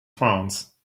france